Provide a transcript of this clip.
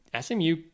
SMU